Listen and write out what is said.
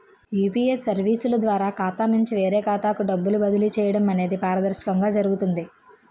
UPA సర్వీసుల ద్వారా ఖాతా నుంచి వేరే ఖాతాకు డబ్బులు బదిలీ చేయడం అనేది పారదర్శకంగా జరుగుతుంది